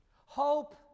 Hope